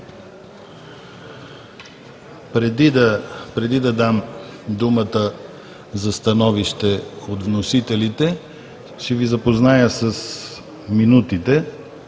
Преди да дам думата за становище от вносителите, ще Ви запозная с минутите,